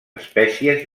espècies